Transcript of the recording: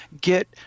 get